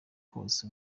kose